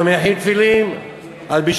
לא מניחים תפילין ביום